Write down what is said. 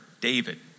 David